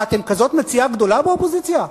מה, אתם כזאת מציאה גדולה באופוזיציה?